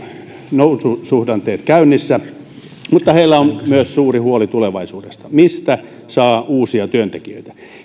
noususuhdanteet käynnissä mutta heillä on myös suuri huoli tulevaisuudesta mistä saa uusia työntekijöitä